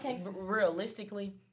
realistically